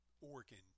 organ